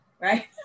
right